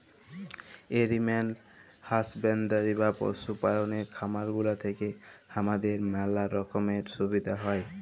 animal husbandry বা পশু পাললের খামার গুলা থেক্যে হামাদের ম্যালা রকমের সুবিধা হ্যয়